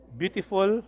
beautiful